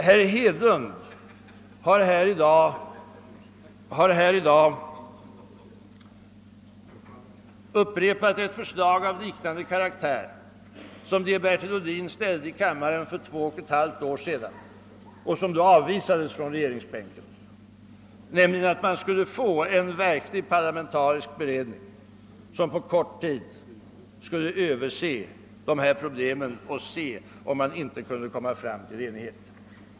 Herr Hedlund har i dag upprepat ett förslag av liknande karaktär som det herr Ohlin ställde i kammaren för två och ett halvt år sedan och som då avvisades från regeringsbänken, nämligen att man skulle tillsätta en verklig parlamentarisk beredning som på kort tid skulle se över dessa problem och försöka nå fram till enighet.